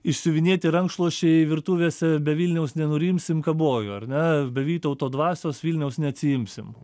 išsiuvinėti rankšluosčiai virtuvėse be vilniaus nenurimsim kabojo ar ne be vytauto dvasios vilniaus ne atsiimsim